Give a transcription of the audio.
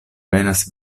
venas